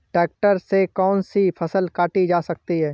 Tractor से कौन सी फसल काटी जा सकती हैं?